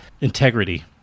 integrity